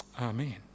Amen